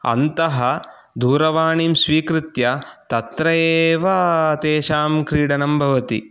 अन्तः दूरवाणीं स्वीकृत्य तत्रेव तेषां क्रीडनं भवति